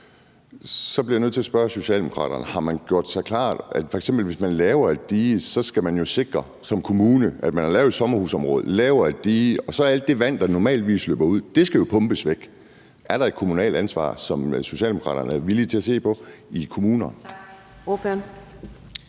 jeg bliver nødt til at spørge Socialdemokraterne: Har man gjort sig det klart, at hvis der f.eks. laves et dige i et sommerhusområde, skal man jo som kommune sikre, at alt det vand, der normalvis løber ud, jo skal pumpes væk. Er der et kommunalt ansvar, som Socialdemokraterne er villige til at se på i kommunerne?